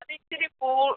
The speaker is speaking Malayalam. അത് ഇച്ചിരി കൂ